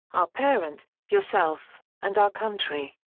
our parents, yourself, and our country.